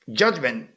judgment